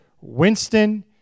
Winston